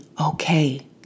okay